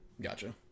gotcha